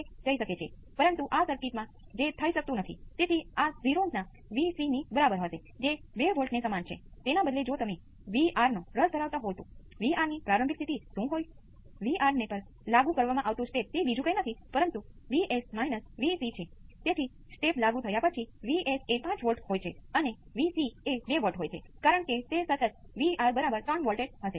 તેથી તમે alpha cos beta sin તરીકે ઉકેલ મૂકો કોંસ્ટંટ શોધો તમે કોસને exponential j ω exponential minus j ω તરીકે વિઘટિત કરો ઉકેલ શોધો